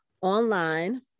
online